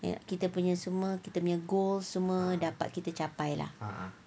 kita punya semua kita punya goals semua dapat kita capai lah